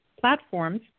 platforms